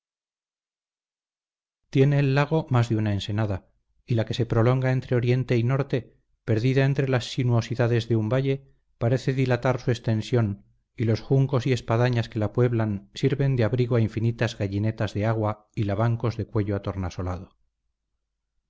tiene el lago más de una ensenada y la que se prolonga entre oriente y norte perdida entre las sinuosidades de un valle parece dilatar su extensión y los juncos y espadañas que la pueblan sirven de abrigo a infinitas gallinetas de agua y lavancos de cuello tornasolado